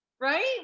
right